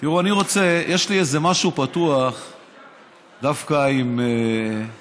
תראו, יש לי איזה משהו פתוח דווקא עם שלח.